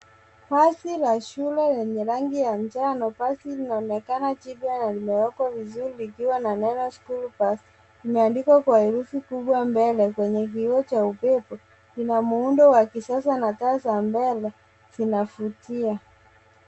Basi la shule lenye rangi ya njano. Basi linaonekana jipya na limewekwa vizuri likiwa na neno: School Bus . Limeandikwa kwa herufi kubwa mbele kwenye kioo cha upepo. Kina muundo wa kisasa na taa za mbele zinavutia.